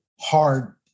hard